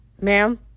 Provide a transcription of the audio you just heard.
Ma'am